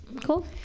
Cool